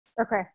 okay